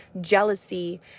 jealousy